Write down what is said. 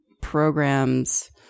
programs